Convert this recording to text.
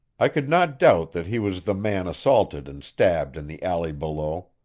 i could not doubt that he was the man assaulted and stabbed in the alley below.